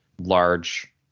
large